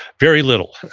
very little.